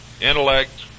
intellect